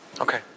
Okay